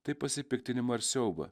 tai pasipiktinimą ar siaubą